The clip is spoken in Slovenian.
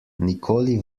nikoli